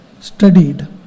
studied